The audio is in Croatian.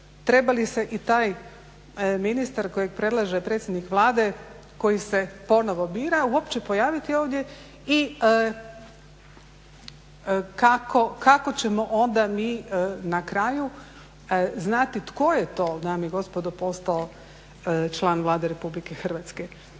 treba li se i taj ministar kojeg predlaže predsjednik Vlade koji se ponovo bira uopće pojaviti ovdje i kako ćemo onda mi na kraju znati tko je to dame i gospodo postao član Vlade Republike Hrvatske.